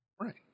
Right